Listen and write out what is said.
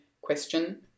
question